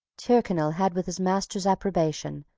tyrconnel had, with his master's approbation,